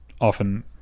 often